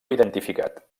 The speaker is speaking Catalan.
identificat